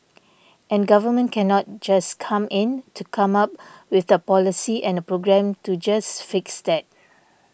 and government cannot just come in to come up with a policy and a program to just fix that